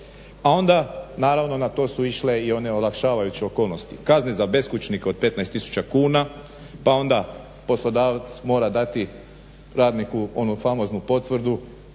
a onda naravno na to su išle i one olakšavajuće okolnosti kazne za beskućnike od 15 tisuća kuna pa onda poslodavac mora dati radniku onu famoznu potvrdu